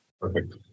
Perfect